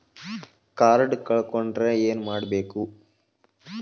Card ಕಳ್ಕೊಂಡ್ರ ಏನ್ ಮಾಡಬೇಕು?